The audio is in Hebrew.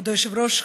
כבוד היושב-ראש,